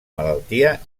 malaltia